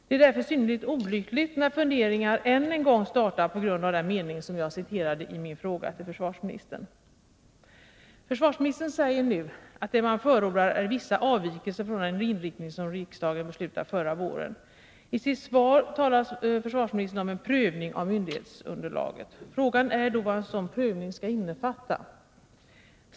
Det är därför synnerligen olyckligt att funderingar än en gång har startat på grund av den mening i regeringsförklaringen som jag citerade i min fråga till försvarsministern. Försvarsministern säger nu att det man förordar är vissa avvikelser från den inriktning som riksdagen beslutade förra våren. I sitt svar talar försvarsministern om en prövning av myndighetsunderlaget. Frågan är då vad en sådan prövning skall innefatta.